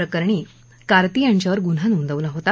प्रकरणी कार्ती यांच्यावर गुन्हा नोंदवला होता